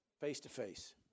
face-to-face